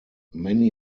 many